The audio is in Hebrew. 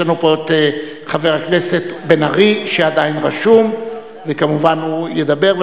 יש לנו פה את חבר הכנסת בן-ארי שעדיין רשום וכמובן ידבר,